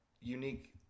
unique